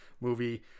movie